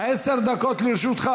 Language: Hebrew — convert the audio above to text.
עשר דקות לרשותך,